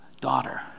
daughter